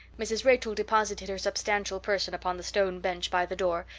mrs. rachel deposited her substantial person upon the stone bench by the door,